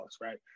Right